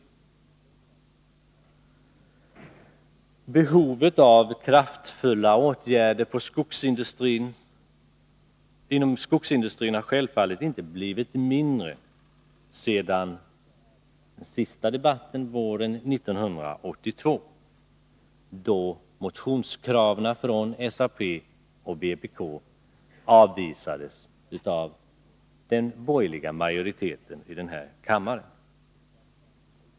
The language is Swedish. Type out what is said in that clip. Behovet av kraftfulla åtgärder inom skogsindustrin har självfallet inte blivit mindre sedan den senaste debatten våren 1982, då motionskraven från SAP och vpk avvisades av den borgerliga majoriteten i denna kammare.